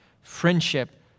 Friendship